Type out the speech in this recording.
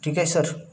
ठीक आहे सर